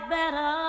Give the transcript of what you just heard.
better